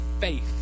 faith